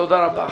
תודה רבה.